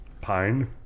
Pine